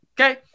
Okay